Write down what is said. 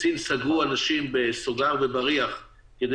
בסין סגרו אנשים על סוגר ובריח כדי